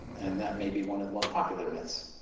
and that may be one of the most popular myths.